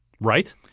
Right